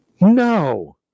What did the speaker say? No